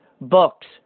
books